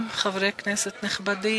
אדוני היושב-ראש, חברי כנסת נכבדים.)